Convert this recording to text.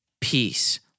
peace